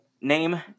name